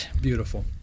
Beautiful